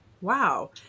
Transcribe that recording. Wow